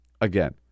Again